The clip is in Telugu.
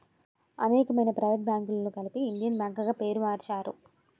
అనేకమైన ప్రైవేట్ బ్యాంకులను కలిపి ఇండియన్ బ్యాంక్ గా పేరు మార్చారు